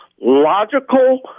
logical